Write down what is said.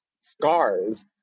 scars